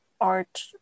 art